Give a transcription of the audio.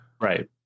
Right